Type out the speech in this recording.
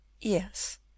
Yes